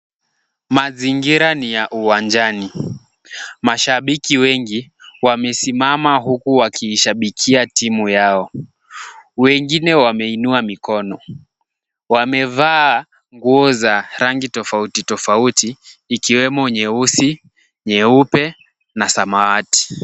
Mazingira ni ya uwanjani. Mashabiki wengi wamesimama huku wakiishabikia timu yao. Wengine wameinua mikono. Wamevaa nguo za rangi tofauti tofauti ikiwemo nyeusi, nyeupe na samawati.